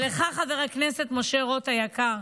ולך, חבר הכנסת משה רוט היקר,